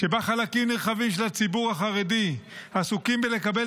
שבה חלקים נרחבים של הציבור החרדי עסוקים בלקבל